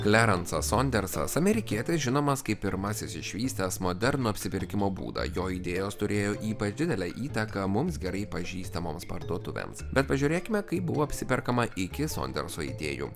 klerancas sondersas amerikietis žinomas kaip pirmasis išvystęs modernų apsipirkimo būdą jo idėjos turėjo ypač didelę įtaką mums gerai pažįstamoms parduotuvėms bet pažiūrėkime kaip buvo apsiperkama iki sonderso idėjų